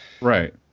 Right